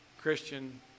Christian